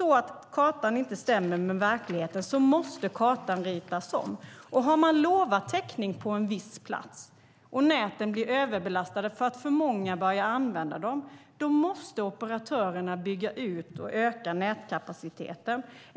Om kartan inte stämmer med verkligheten måste kartan ritas om. Har man lovat täckning på en viss plats och näten blir överbelastade för att för många börjar använda dem måste operatörerna bygga ut och öka nätkapaciteten.